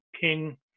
king